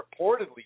reportedly